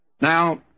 Now